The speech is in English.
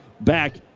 back